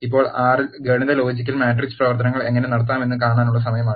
ഇപ്പോൾ ആർ ൽ ഗണിത ലോജിക്കൽ മാട്രിക്സ് പ്രവർത്തനങ്ങൾ എങ്ങനെ നടത്താമെന്ന് കാണാനുള്ള സമയമാണിത്